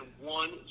one